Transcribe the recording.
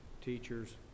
teachers